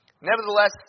Nevertheless